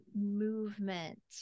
movement